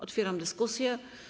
Otwieram dyskusję.